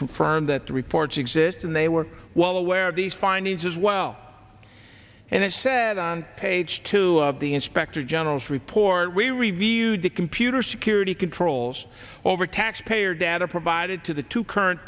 confirm that the reports exist and they were well aware of these findings as well and it said on page two of the inspector general's report we reviewed the computer security controls over taxpayer data provided to the two current